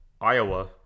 Iowa